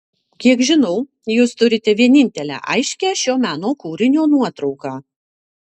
kiek žinau jūs turite vienintelę aiškią šio meno kūrinio nuotrauką